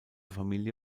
familie